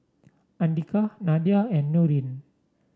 Andika Nadia and Nurin